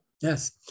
Yes